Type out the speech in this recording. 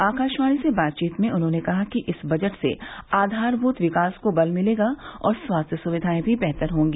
आकाशवाणी से बातचीत में उन्होंने कहा कि इस बजट से आधारभूत विकास को बल मिलेगा और स्वास्थ्य स्विधाएं भी बेहतर होंगी